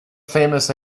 famous